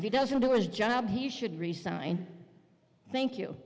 ball he doesn't do his job he should resign thank you